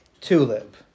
TULIP